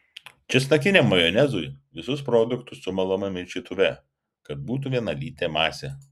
česnakiniam majonezui visus produktus sumalame maišytuve kad būtų vienalytė masė